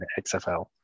XFL